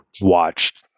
watched